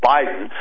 Biden